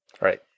Right